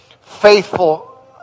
faithful